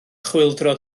chwyldro